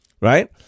right